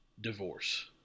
divorce